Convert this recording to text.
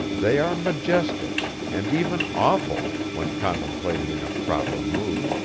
they are majestic, and even awful, when contemplated in a proper mood,